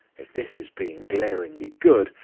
if this is being glaringly good,